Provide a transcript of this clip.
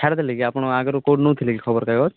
ଛାଡ଼ିଦେଲେ କି ଆପଣ ଆଗରୁ କେଉଁଠୁ ନେଉଥିଲେ ଖବରକାଗଜ